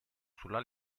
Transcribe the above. sulla